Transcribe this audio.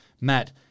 Matt